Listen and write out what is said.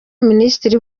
minisitiri